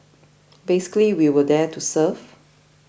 basically we were there to serve